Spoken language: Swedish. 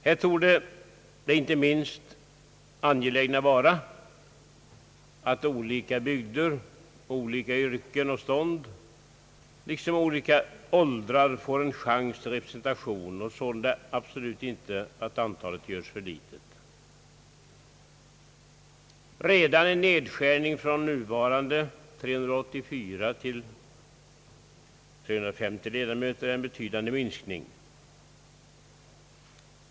Här torde det inte minst angelägna vara att olika bygder, olika yrken och stånd liksom olika åldrar får en chans till representation, och att sålunda antalet ledamöter inte görs för litet. Redan en nedskärning från nuvarande 384 ledamöter till 350 är en betydande minskning.